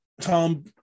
tom